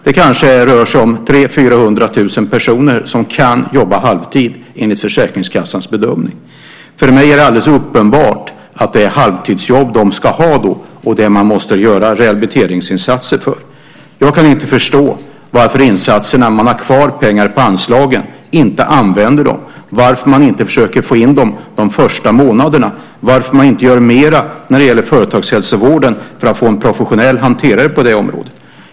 Det kanske rör sig om 300 000-400 000 personer som kan jobba halvtid enligt Försäkringskassans bedömning. För mig är det alldeles uppenbart att det är halvtidsjobb som de ska ha då. Det är det man måste göra rehabiliteringsinsatser för. Jag kan inte förstå varför man inte använder de pengar som man har kvar på anslagen till insatser. Varför försöker man inte få in dem de första månaderna? Varför gör man inte mer när det gäller företagshälsovården för att få en professionell hanterare på det området?